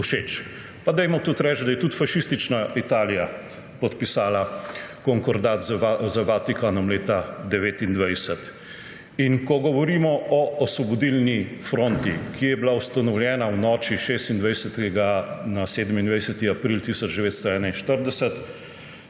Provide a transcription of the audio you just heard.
Pa dajmo tudi reči, da je tudi fašistična Italija podpisala konkordat z Vatikanom leta 1929. In ko govorimo o Osvobodilni fronti, ki je bila ustanovljena v noči s 26. na 27. april 1941,